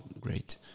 great